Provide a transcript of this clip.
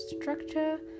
structure